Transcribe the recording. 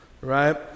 right